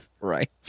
Right